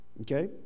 Okay